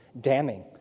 damning